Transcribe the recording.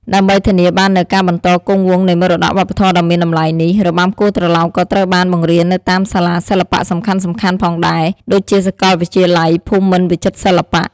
ដើម្បីធានាបាននូវការបន្តគង់វង្សនៃមរតកវប្បធម៌ដ៏មានតម្លៃនេះ របាំគោះត្រឡោកក៏ត្រូវបានបង្រៀននៅតាមសាលាសិល្បៈសំខាន់ៗផងដែរ ដូចជាសាកលវិទ្យាល័យភូមិន្ទវិចិត្រសិល្បៈ។